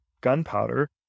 gunpowder